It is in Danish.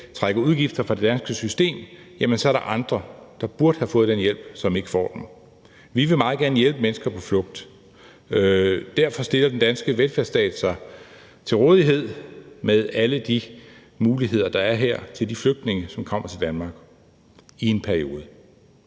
danske system i form af udgifter, jamen så er der andre, der burde have fået den hjælp, som ikke får den. Vi vil meget gerne hjælpe mennesker på flugt. Derfor stiller den danske velfærdsstat sig til rådighed med alle de muligheder, der er her til de flygtninge, som kommer til Danmark, i en periode.